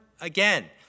again